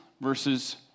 versus